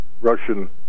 Russian